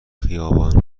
خیابان